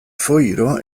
foiro